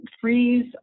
freeze